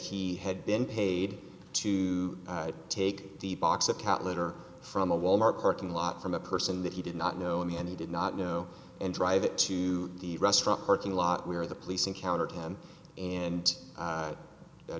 he had been paid to take the box of cat litter from a wal mart parking lot from a person that he did not know and he did not know and drive it to the restaurant parking lot where the police encounter time and